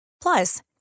Plus